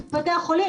מבתי החולים.